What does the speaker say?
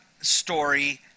story